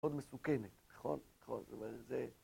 ‫מאוד מסוכנת, נכון? ‫-נכון, זאת אומרת, זה...